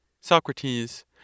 Socrates